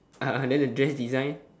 then the dress design